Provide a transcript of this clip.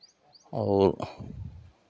और